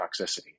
toxicity